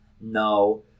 No